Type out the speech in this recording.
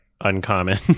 uncommon